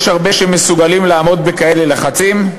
יש הרבה שמסוגלים לעמוד בכאלה לחצים?